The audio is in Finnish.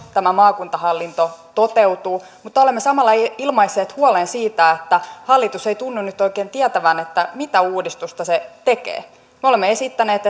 tämä maakuntahallinto toteutuu mutta olemme samalla ilmaisseet huolen siitä että hallitus ei tunnu nyt oikein tietävän mitä uudistusta se tekee me olemme esittäneet